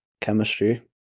chemistry